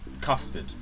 custard